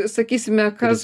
sakysime kas